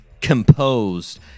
composed